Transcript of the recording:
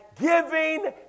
giving